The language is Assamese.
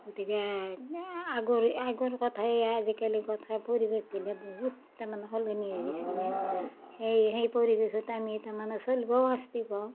গতিকে আগৰ আগৰ কথাই আজিকালি কথাই পৰিৱৰ্তিলে বহুত তাৰমানে সলনি হৈ গৈছেনে সেই সেই পৰিৱেশত আমি তাৰমানে চলিবও শাস্তি পাওঁ